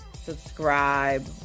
subscribe